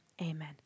Amen